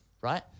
right